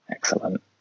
Excellent